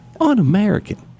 Un-American